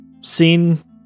seen